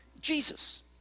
Jesus